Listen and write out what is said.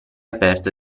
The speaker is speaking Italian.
aperta